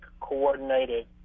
coordinated